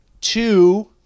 Two